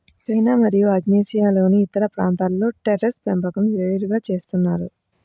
China మరియు ఆగ్నేయాసియాలోని ఇతర ప్రాంతాలలో టెర్రేస్ పెంపకం విరివిగా చేస్తున్నారు